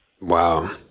Wow